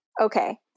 Okay